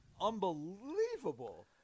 unbelievable